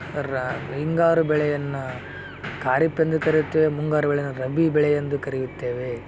ರ್ರ ಹಿಂಗಾರು ಬೆಳೆಯನ್ನು ಖಾರಿಪ್ ಎಂದು ಕರೆಯುತ್ತೇವೆ ಮುಂಗಾರು ಬೆಳೆಯನ್ನು ರಬಿ ಬೆಳೆ ಎಂದು ಕರೆಯುತ್ತೇವೆ